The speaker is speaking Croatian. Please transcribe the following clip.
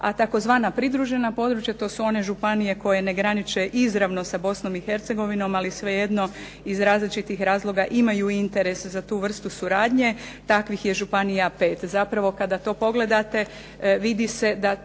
a tzv. pridružena područja to su one županije koje ne graniče izravno sa Bosnom i Hercegovinom, ali svejedno iz različitih razloga imaju interes za tu vrstu suradnje. Takvih je županija pet. Zapravo, kada to pogledate vidi se da